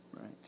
Right